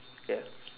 K lah